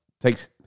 takes